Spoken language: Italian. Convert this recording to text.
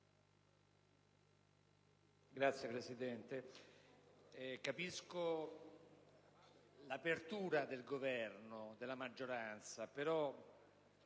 Signor Presidente, capisco l'apertura del Governo e della maggioranza, però